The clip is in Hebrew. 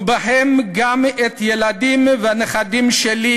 ובהם גם הילדים והנכדים שלי,